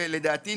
לדעתי,